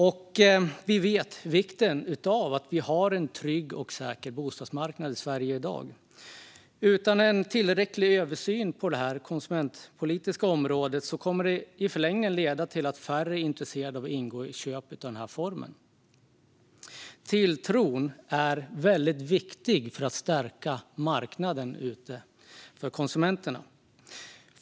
Vi känner till vikten av att vi har en trygg och säker bostadsmarknad i Sverige i dag. Om vi inte får en tillräcklig översyn på det konsumentpolitiska området kommer det i förlängningen att leda till att färre är intresserade av att ingå köp i den här formen. Tilltron är viktig för att stärka marknaden för konsumenterna.